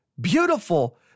beautiful